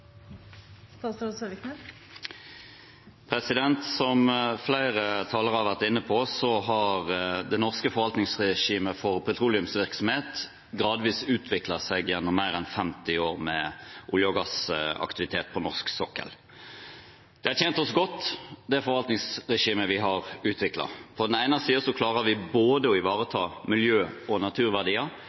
Som flere talere har vært inne på, har det norske forvaltningsregimet for petroleumsvirksomhet gradvis utviklet seg gjennom mer enn 50 år med olje- og gassaktivitet på norsk sokkel. Det har tjent oss godt, det forvaltningsregimet vi har utviklet. På den ene siden klarer vi å ivareta miljø- og naturverdier,